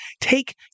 take